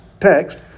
text